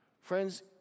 Friends